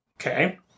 Okay